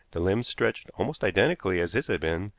the limbs stretched almost identically as his had been,